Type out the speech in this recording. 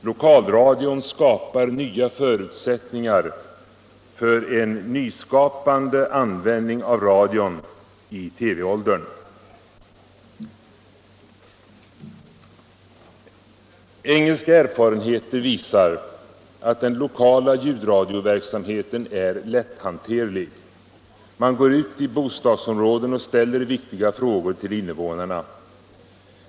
Lokalradion ger nya förutsättningar för en nyskapande användning av radion i TV-åldern. Engelska erfarenheter visar att den lokala ljudradioverksamheten är lätthanterlig. Man går ut i bostadsområden och ställer viktiga frågor till invånarna.